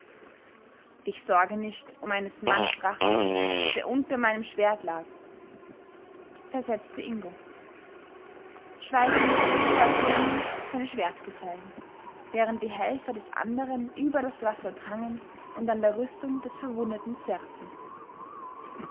ich sorge nicht um eines mannes rache der unter meinem schwert lag versetzte ingo schweigend folgten ihm seine schwertgesellen während die helfer des anderen über das wasser drangen und an der rüstung des verwundeten zerrten